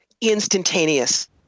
instantaneous